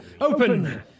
Open